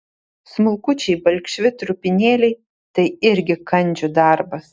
smulkučiai balkšvi trupinėliai tai irgi kandžių darbas